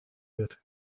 wird